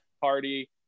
party